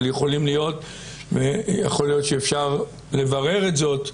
אבל יכול להיות שאפשר לברר זאת,